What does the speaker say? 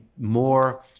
more